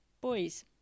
boys